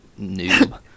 noob